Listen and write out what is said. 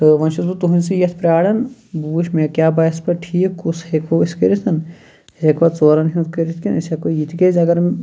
تہٕ وۄنۍ چھُس بہٕ تُہٕنٛدسٕے یتھ پراران بہٕ وٕچھِ مےٚ کیاہ باسہِ پَتہٕ ٹھیٖک کُس ہیٚکو أسۍ کٔرِتھ یہِ ہیٚکوَ ژورَن ہُنٛد کٔرِتھ کِنہ أسۍ ہیٚکو یہِ تکیازِ اَگَر